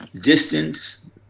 distance